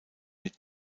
mit